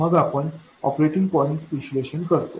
मग आपण operating point विश्लेषण करतो